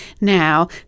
now